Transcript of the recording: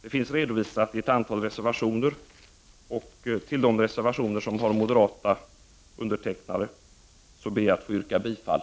Dessa frågor tas också upp i ett antal reservationer, och jag ber att få yrka bifall till de reservationer som moderaterna har medverkat till.